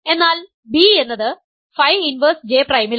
എന്നാൽ b എന്നത് phi inverse J പ്രൈമിലാണ്